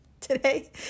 Today